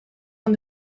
aan